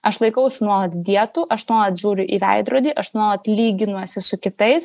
aš laikausi nuolat dietų aš nuolat žiūriu į veidrodį aš nuolat lyginuosi su kitais